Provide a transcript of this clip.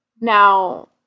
Now